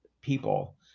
people